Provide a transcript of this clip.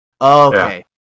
Okay